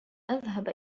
أذهب